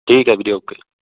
ਠੀਕ ਹੈ ਵੀਰੇ ਓਕੇ